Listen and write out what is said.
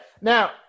Now